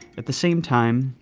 at the same time,